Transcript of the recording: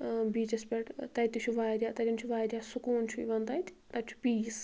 ٲں بیٖچس پٮ۪ٹھ تَتہِ تہِ چھُ وارِیاہ تَتیٚن چھُ واریاہ سُکوٗن چھُ یِوان تَتہِ تَتہِ چھُ پیٖس